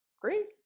great